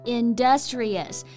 industrious